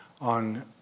on